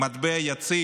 עם מטבע יציב,